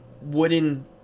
wooden